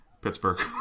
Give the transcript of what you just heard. Pittsburgh